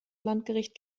landgericht